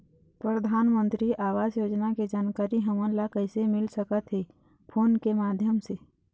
परधानमंतरी आवास योजना के जानकारी हमन ला कइसे मिल सकत हे, फोन के माध्यम से?